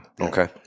Okay